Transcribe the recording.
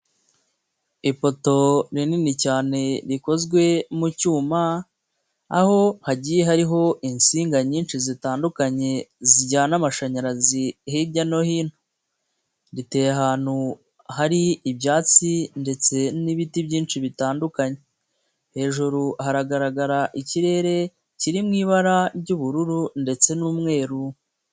Ifoto rinini cyane rikozwe mu cyuma aho hagiye hariho insinga nyinshi zitandukanye zijyana amashanyarazi hirya no hino, riteye ahantu hari ibyatsi ndetse n'ibiti byinshi bitandukanye, hejuru hagaragara ikirere kiri mu ibara ry'ubururu ndetse n'umweru.